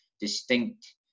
distinct